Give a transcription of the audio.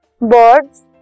birds